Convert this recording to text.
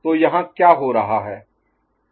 तो यहाँ क्या हो रहा है